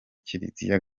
kiliziya